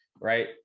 right